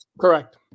correct